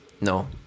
No